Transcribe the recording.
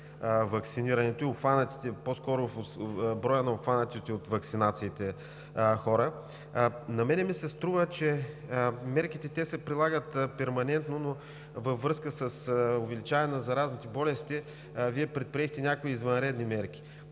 ваксинирането и по-скоро с броя на обхванатите от ваксинациите хора. На мен ми се струва, че мерките се прилагат перманентно, но във връзка с увеличаване на заразните болести Вие предприехте някои извънредни мерки.